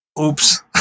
oops